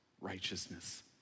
righteousness